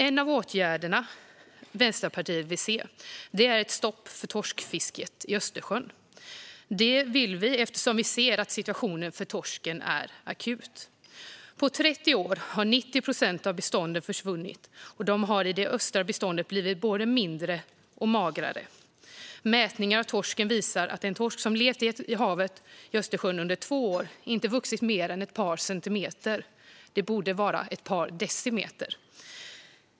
En av de åtgärder Vänsterpartiet vill se är ett stopp för torskfisket i Östersjön. Det vill vi eftersom vi ser att situationen för torsken är akut. På 30 år har 90 procent av beståndet försvunnit. Torskarna har i det östra beståndet blivit både mindre och magrare. Mätningar visar att torskar som levt i Östersjön under två år inte vuxit mer än ett par centimeter; det borde vara ett par decimeter.